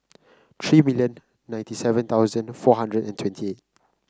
three million ninety seven thousand four hundred and twenty